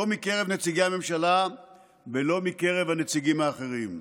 לא מקרב נציגי הממשלה ולא מקרב הנציגים האחרים.